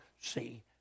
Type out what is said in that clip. see